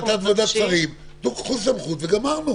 החלטת ועדת השרים, קחו סמכות וגמרנו.